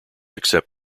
accept